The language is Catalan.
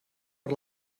per